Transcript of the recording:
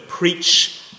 preach